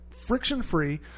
friction-free